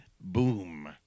boom